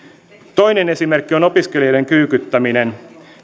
toinen esimerkki on opiskelijoiden kyykyttäminen